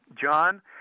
John